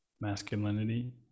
masculinity